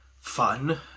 fun